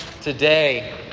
today